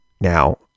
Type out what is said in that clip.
Now